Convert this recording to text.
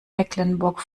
mecklenburg